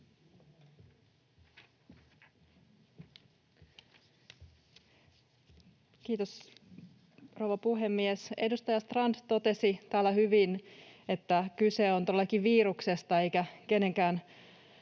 puhemies! Edustaja Strand totesi täällä hyvin, että kyse on todellakin viruksesta eikä kenenkään